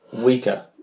weaker